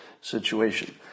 situation